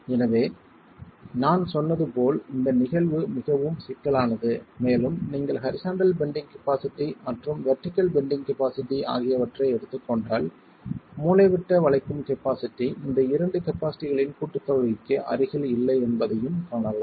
எனவே நான் சொன்னது போல் இந்த நிகழ்வு மிகவும் சிக்கலானது மேலும் நீங்கள் ஹரிசாண்டல் பெண்டிங் கபாஸிட்டி மற்றும் வெர்டிகள் பெண்டிங் கபாஸிட்டி ஆகியவற்றை எடுத்துக் கொண்டால் மூலைவிட்ட வளைக்கும் கபாஸிட்டி இந்த இரண்டு கபாஸிட்டிகளின் கூட்டுத்தொகைக்கு அருகில் இல்லை என்பதையும் காணலாம்